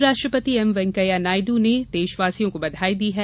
उप राष्ट्रपति एम वैंकैया नायडू ने देशवासियों को बधाई दी है